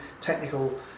technical